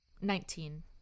Nineteen